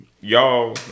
y'all